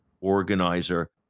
organizer